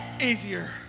easier